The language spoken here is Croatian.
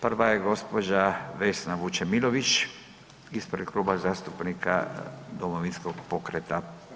Prva je gđa. Vesna Vučemilović ispred Kluba zastupnika Domovinskog pokreta.